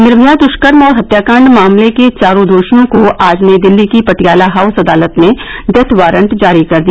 निर्भया दू कर्म और हत्याकांड मामले के चारों दो ियों को आज नयी दिल्ली की पटियाला हाउस अदालत ने डेथ वारंट जारी कर दिया